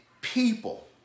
people